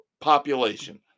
population